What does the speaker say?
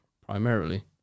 primarily